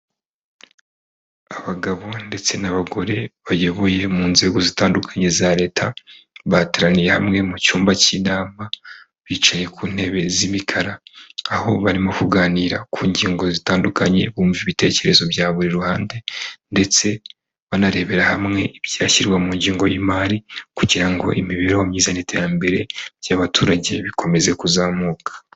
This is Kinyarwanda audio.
Abagabo ndetse n'abagore bayoboye mu nzego zitandukanye za leta bateraniye hamwe mu cyumba cy'inama, bicaye ku ntebe z'imikara, aho barimo kuganira ku ngingo zitandukanye bumva ibitekerezo bya buri ruhande ndetse banarebera hamwe ibyashyirwa mu ngengo y'imari kugira ngo imibereho myiza n'iterambere ry'abaturage bikomeze kuzamuka.